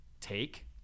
take